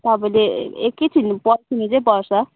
तपाईँले एकैछिन पर्खिनु चाहिँ पर्छ